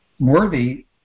worthy